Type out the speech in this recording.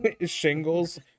shingles